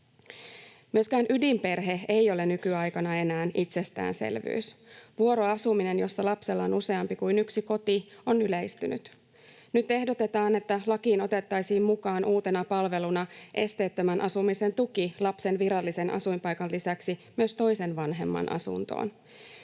Myöskään ydinperhe ei ole nykyaikana enää itsestäänselvyys. Vuoroasuminen, jossa lapsella on useampi kuin yksi koti, on yleistynyt. Nyt ehdotetaan, että lakiin otettaisiin mukaan uutena palveluna esteettömän asumisen tuki lapsen virallisen asuinpaikan lisäksi myös toisen vanhemman asuntoon.